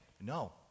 no